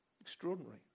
Extraordinary